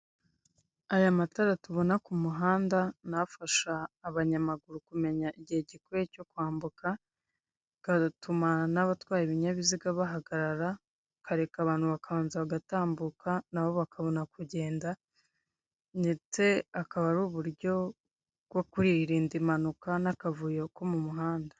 Aya matara tubona ku muhanda ni afasha abanyamaguru kumenya igihe gikwiye cyo kwambuka bigatuma n'abatwaye ibinyabiziga bahagarara, bakareka abantu bakabanza bagatambuka nabo bakabona kugenda, ndetse akaba ari uburyo bwo kwirinda akavuyo n'impanuka zo mu muhanda.